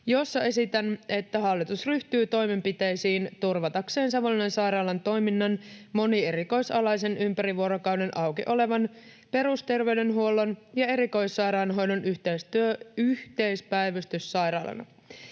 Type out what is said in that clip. jossa esitän, että hallitus ryhtyy toimenpiteisiin turvatakseen Savonlinnan sairaalan toiminnan monierikoisalaisena, ympäri vuorokauden auki olevana perusterveydenhuollon ja erikoissairaanhoidon yhteispäivystyssairaalana